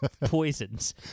poisons